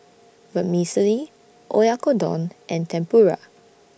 Vermicelli Oyakodon and Tempura